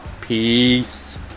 peace